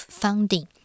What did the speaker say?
funding